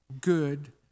good